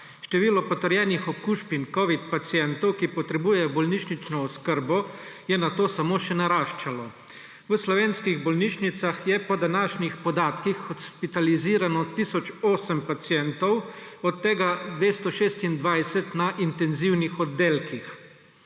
Število potrjenih okužb in covidnih pacientov, ki potrebujejo bolnišnično oskrbo, je nato samo še naraščalo. V slovenskih bolnišnicah je po današnjih podatkih hospitalizirano tisoč 8 pacientov, od tega 226 na intenzivnih oddelkih.